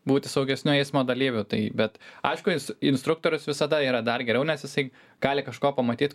būti saugesniu eismo dalyviu tai bet aišku ins instruktorius visada yra dar geriau nes jisai gali kažko pamatyti